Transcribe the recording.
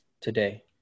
today